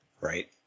right